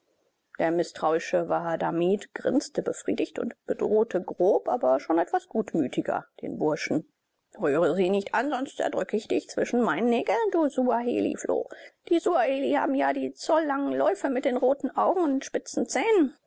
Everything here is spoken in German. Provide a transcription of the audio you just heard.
der mißtrauische wahadamib grinste befriedigt und bedrohte grob aber schon etwas gutmütiger den burschen rühre sie nicht an sonst zerdrücke ich dich zwischen meinen nägeln du suahelifloh die suaheli haben ja die zollangen läufe mit den roten augen und den spitzen zähnen